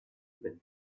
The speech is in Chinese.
日本